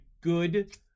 good